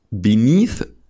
beneath